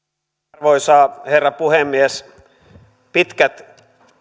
arvoisa herra puhemies pitkät